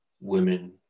women